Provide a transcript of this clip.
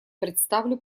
представлю